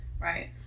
Right